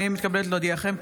הינני מתכבדת להודיעכם,